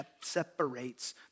separates